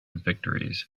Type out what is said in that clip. victories